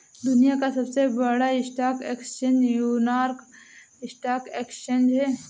दुनिया का सबसे बड़ा stock exchange New York stock exchange है